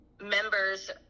members